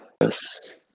Yes